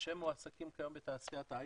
שמועסקים כיום בתעשיית ההייטק,